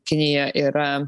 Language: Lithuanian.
kinija yra